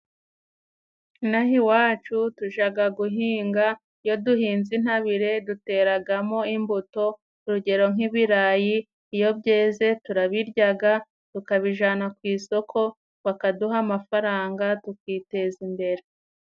Ino aha iwacu tujaga guhinga, iyo duhinze intabire duteragamo imbuto urugero nk'ibirayi ,iyo byeze turabiryaga, tukabijana ku isoko bakaduha amafaranga tukiteza imbere.